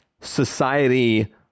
society